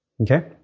Okay